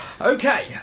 Okay